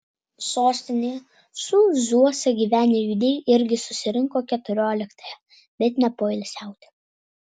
sostinėje sūzuose gyvenę judėjai irgi susirinko keturioliktąją bet ne poilsiauti